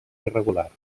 irregular